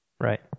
Right